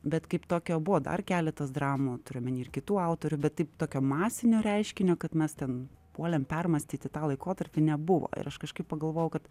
bet kaip tokio buvo dar keletas dramų turiu omeny ir kitų autorių bet taip tokio masinio reiškinio kad mes ten puolėm permąstyti tą laikotarpį nebuvo ir aš kažkaip pagalvojau kad